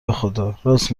بخداراست